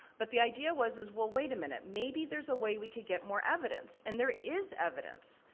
but the idea was, is well, wait a minute, maybe there's a way we could get more evidence, and there is evidence.